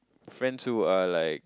friends who are like